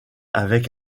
avec